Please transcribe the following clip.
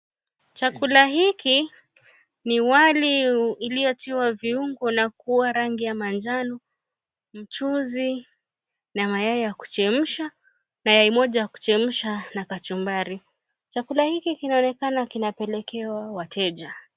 Chakula hiki ni wali iliyotiwa viungo na kuwa rangi ya manjano, mchuzi na mayai ya kuchemsha na yai moja ya kuchemsha na kachumbari. Chakula hiki kinaonekana kinapelekewa wateja.